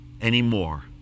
anymore